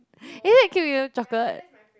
is that King William chocolate